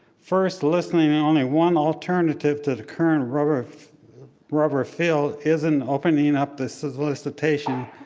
first, listing only one alternative to the current rubber rubber field isn't opening up the solicitation